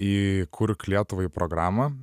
į kurk lietuvai programą